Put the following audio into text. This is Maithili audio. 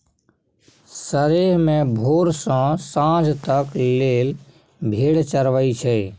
सरेह मे भोर सँ सांझ तक लेल भेड़ चरबई छै